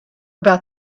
about